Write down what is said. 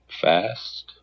Fast